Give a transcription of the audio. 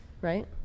Right